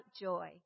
joy